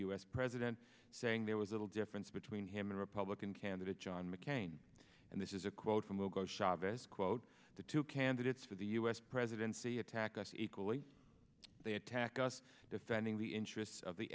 s president saying there was little difference between him and republican candidate john mccain and this is a quote from logo chavez quote the two candidates for the us presidency attack us equally they attack us defending the interests of the